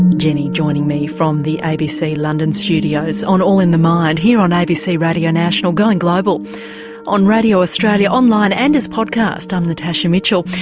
jenny joining me from the abc london studios on all in the mind here on abc radio national, going global on radio australia, online and as podcast i'm natasha mitchell.